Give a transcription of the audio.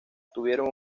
tuvieron